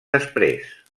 després